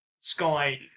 sky